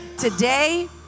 Today